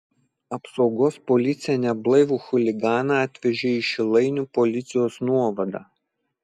apsaugos policija neblaivų chuliganą atvežė į šilainių policijos nuovadą